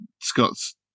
Scott's